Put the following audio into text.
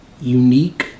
Unique